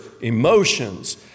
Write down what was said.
emotions—